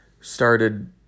started